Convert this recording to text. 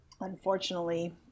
unfortunately